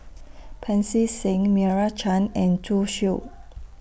Pancy Seng Meira Chand and Zhu Xu